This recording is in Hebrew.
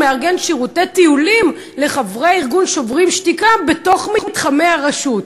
מארגן שירותי טיולים לחברי ארגון "שוברים שתיקה" בתוך מתחמי הרשות.